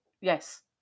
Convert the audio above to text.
Yes